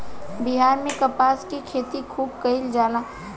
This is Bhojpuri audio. बिहार में कपास के खेती खुब कइल जाला